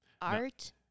art